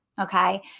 Okay